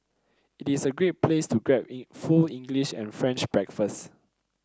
it is a great place to grab in full English and French breakfast